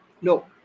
No